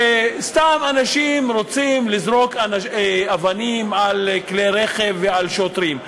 שסתם אנשים רוצים לזרוק אבנים על כלי רכב ועל שוטרים.